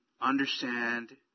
understand